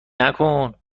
نکن